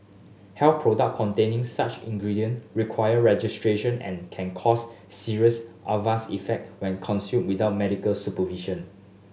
health product containing such ingredient require registration and can cause serious adverse effect when consumed without medical supervision